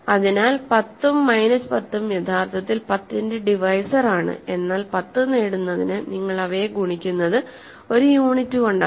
അതിനാൽ 10 ഉം മൈനസ് 10 ഉം യഥാർത്ഥത്തിൽ 10 ന്റെ ഡിവൈസർ ആണ് എന്നാൽ 10 നേടുന്നതിന് നിങ്ങൾ അവയെ ഗുണിക്കുന്നത് ഒരു യൂണിറ്റ് കൊണ്ടാണ്